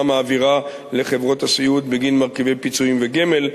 מעבירה לחברות הסיעוד בגין מרכיבי פיצויים וגמל,